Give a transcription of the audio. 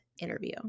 interview